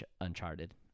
Uncharted